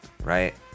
Right